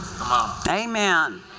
Amen